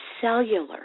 cellular